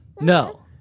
No